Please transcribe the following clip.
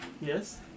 Yes